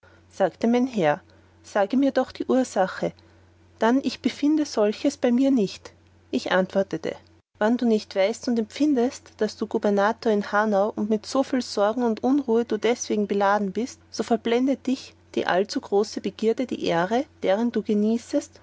sagte mein herr sage mir doch die ursache dann ich befinde solches bei mir nicht ich antwortete wann du nicht weißt und empfindest daß du gubernator in hanau und mit wieviel sorgen und unruhe du deswegen beladen bist so verblendet dich die allzu große begierde der ehre deren du genießest